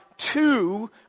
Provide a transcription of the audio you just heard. two